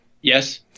Yes